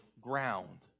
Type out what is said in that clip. ground